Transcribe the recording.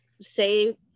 say